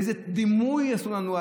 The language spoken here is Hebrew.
איזה דימוי יצרו לנו,